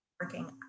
working